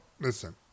listen